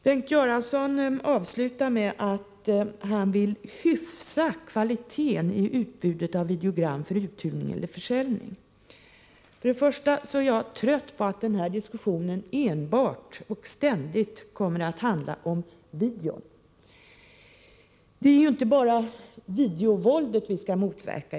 Bengt Göransson avslutar svaret med att säga att han vill ”hyfsa kvaliteten i utbudet av videogram för uthyrning eller försäljning”. För det första är jag trött på att den här diskussionen enbart och ständigt kommer att handla om video. Det är ju inte bara videovåldet vi skall motverka.